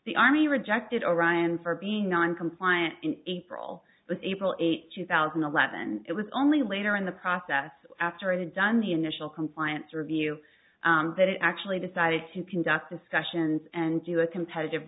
the army rejected orion for being noncompliant in april but april eighth two thousand and eleven it was only later in the process after i had done the initial compliance or view that it actually decided to conduct discussions and do a competitive